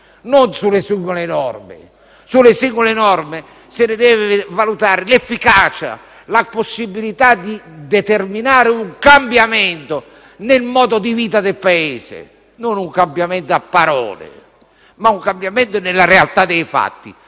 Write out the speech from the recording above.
non sulle singole norme. Sulle singole norme si deve valutare l'efficacia e la possibilità di determinare un cambiamento nel modo di vita del Paese: non un cambiamento a parole, ma un cambiamento nella realtà dei fatti.